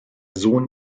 sohn